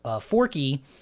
Forky